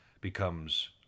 becomes